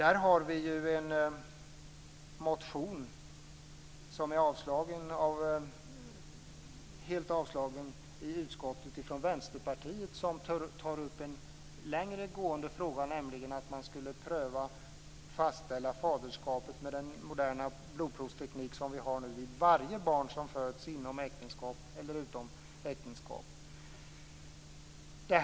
En vänsterpartimotion, som blivit avstyrkt i sin helhet i utskottet, tar upp en längre gående fråga, nämligen att man skulle fastställa faderskapet med den moderna blodprovsteknik vi nu har vid varje barn som föds, inom eller utom äktenskapet.